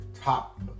top